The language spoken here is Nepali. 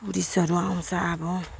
टुरिस्टहरू आउँछ अब